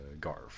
Garf